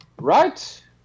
right